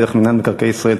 דרך מינהל מקרקעי ישראל,